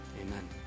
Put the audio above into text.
Amen